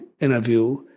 interview